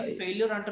failure